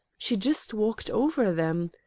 she just walked over them.